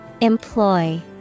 Employ